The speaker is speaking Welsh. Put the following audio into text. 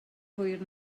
hwyr